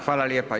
Hvala lijepa.